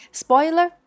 spoiler